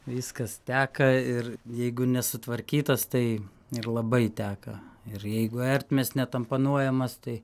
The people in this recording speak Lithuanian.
viskas teka ir jeigu nesutvarkytas tai ir labai teka ir jeigu ertmės netampanuojamas tai